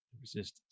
Resistance